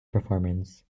performance